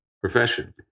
profession